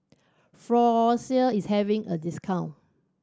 Floxia is having a discount